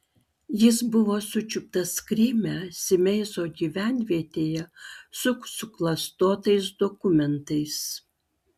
jis buvo sučiuptas kryme simeizo gyvenvietėje su suklastotais dokumentais